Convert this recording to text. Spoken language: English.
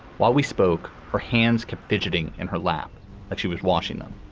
while we spoke, her hands kept fidgeting in her lap like she was washing them.